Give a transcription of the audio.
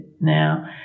now